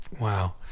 Wow